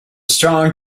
strong